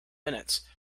minutes